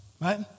right